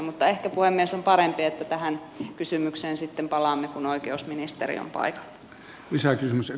mutta ehkä puhemies on parempi että tähän kysymykseen sitten palaamme kun oikeusministeri on paikalla